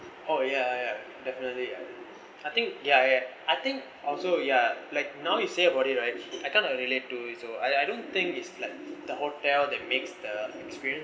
oh ya ya definitely I think yeah I think also ya like now you say about it right I kind of relate to it so I I don't think it's like the hotel that makes the experience